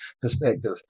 perspective